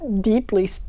deeply